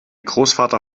großvater